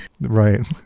Right